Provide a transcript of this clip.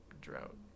drought